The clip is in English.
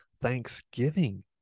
Thanksgiving